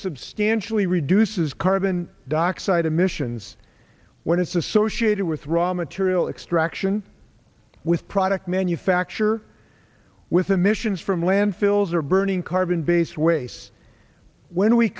substantially reduces carbon dioxide emissions when it's associated with raw material extraction with product manufacture with emissions from landfills or burning carbon based waste when we